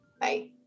bye